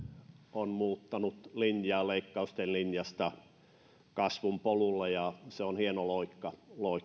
on muuttanut linjaa leikkausten linjasta kasvun polulle ja se on hieno loikka